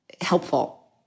helpful